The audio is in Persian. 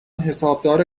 حسابدار